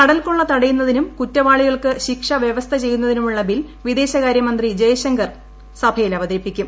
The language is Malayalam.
കടൽക്കൊള്ള തടയുന്നതിനും കുറ്റവാളികൾക്ക് ശിക്ഷ വ്യവസ്ഥ ചെയ്യുന്നതിനുമുള്ള ബിൽ വിദേശകാര്യമന്ത്രി ജയ്ശങ്കർ സഭയിൽ അപ്തൃതിപ്പിക്കും